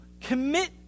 commit